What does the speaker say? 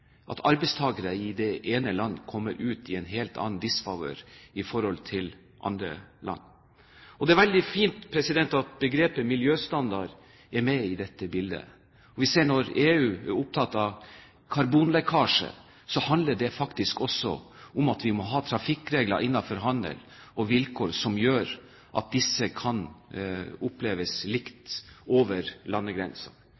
ut i disfavør i forhold til andre land. Det er veldig fint at begrepet «miljøstandard» er med i dette bildet. Vi ser at når EU er opptatt av karbonlekkasjer, handler det faktisk også om at vi må ha trafikkregler innenfor handel og vilkår som gjør at disse kan oppleves